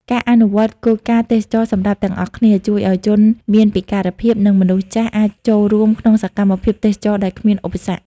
ការអនុវត្តគោលការណ៍ "ទេសចរណ៍សម្រាប់ទាំងអស់គ្នា" ជួយឱ្យជនមានពិការភាព និងមនុស្សចាស់ អាចចូលរួមក្នុងសកម្មភាពទេសចរណ៍ដោយគ្មានឧបសគ្គ។